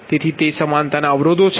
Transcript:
તેથી તે સમાનતાના અવરોધો છે